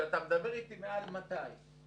כשאתה אומר מעל 200,